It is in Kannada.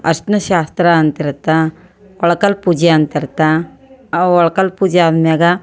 ಅರ್ಶ್ನದ ಶಾಸ್ತ್ರ ಅಂತ ಇರುತ್ತೆ ಒಳ್ಕಲ್ಲು ಪೂಜೆ ಅಂತ ಇರ್ತೆ ಆ ಒಳ್ಕಲ್ಲು ಪೂಜೆ ಆದ ಮ್ಯಾಲ